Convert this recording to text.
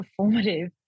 performative